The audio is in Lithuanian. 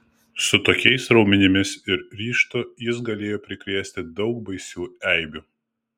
su tokiais raumenimis ir ryžtu jis galėjo prikrėsti daug baisių eibių